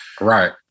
Right